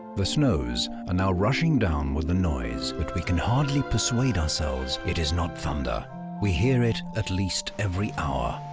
the snows are ah now rushing down with the noise that we can hardly persuade ourselves it is not thunder we hear it at least every hour.